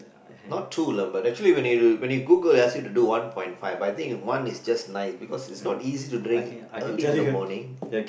not too lah but actually when when you Google they ask you to do one point five but I think one is just fine cause it's not easy to drink early in the morning